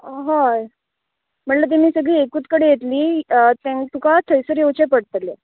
हय म्हणल्या तेमी सगळीं एकूच कडे येतलीं तें तुका थंयसर येवचें पडटलें